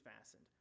fastened